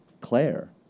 claire